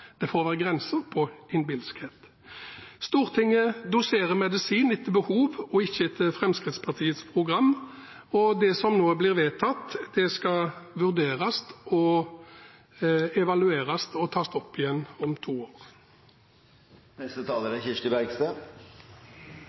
Det får være grenser for innbilskhet. Stortinget doserer medisin etter behov – ikke etter Fremskrittspartiets program. Det som nå blir vedtatt, skal vurderes, evalueres og tas opp igjen om to år.